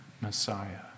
Messiah